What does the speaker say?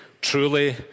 truly